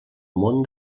món